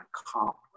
accomplish